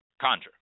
conjure